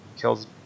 kills